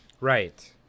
right